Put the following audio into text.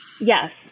Yes